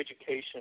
education